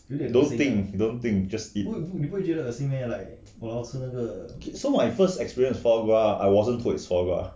don't think don't think just eat so my first experience with foie gras I wasn't put with foie gras